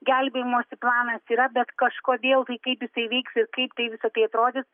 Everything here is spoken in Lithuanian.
gelbėjimosi planas yra bet kažkodėl tai kai jisai veiks ir kaip tai visa tai atrodys